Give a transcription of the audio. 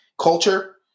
culture